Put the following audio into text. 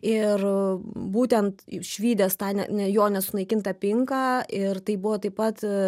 ir būtent išvydęs tą ne ne jo nesunaikintą pinką ir tai buvo taip pat